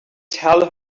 tell